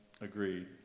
agreed